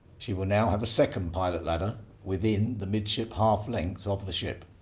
she will now have a second pilot ladder within the midship half length of the ship.